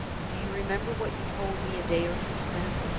do you remember what you told me a day or two since?